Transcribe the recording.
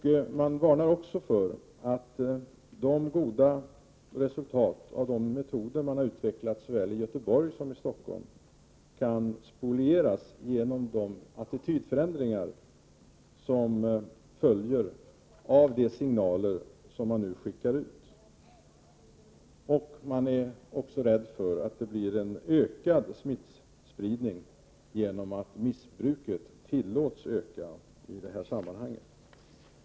Vidare varnar man för att de goda resultaten av de metoder som har utvecklats såväl i Göteborg som i Stockholm kan spolieras genom de attitydförändringar som följer på de signaler som skickas ut. Dessutom är man rädd för att det skall bli en ökad smittspridning genom att missbruket tillåts öka i detta sammanhang.